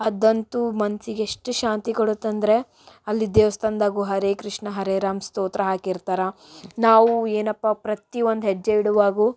ಅದಂತೂ ಮನಸ್ಸಿಗೆ ಎಷ್ಟು ಶಾಂತಿ ಕೊಡುತ್ತಂದರೆ ಅಲ್ಲಿ ದೇವ್ಸ್ಥಾನದಾಗು ಹರೆ ಕೃಷ್ಣ ಹರೆ ರಾಮ ಸ್ತೋತ್ರ ಹಾಕಿರ್ತಾರೆ ನಾವು ಏನಪ್ಪ ಪ್ರತಿ ಒಂದು ಹೆಜ್ಜೆ ಇಡುವಾಗಲೂ